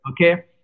Okay